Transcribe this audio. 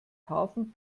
hafen